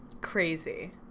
Crazy